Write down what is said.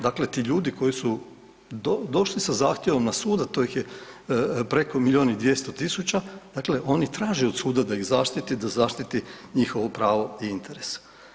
Dakle, ti ljudi koji su došli sa zahtjevom na sud, a to ih je preko milion i 200.000 dakle oni traže od suda da ih zaštiti, da zaštiti njihovo pravo i interes.